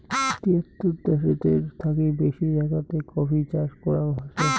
তিয়াত্তর দ্যাশেতের থাকি বেশি জাগাতে কফি চাষ করাঙ হসে